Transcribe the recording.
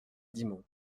dixmont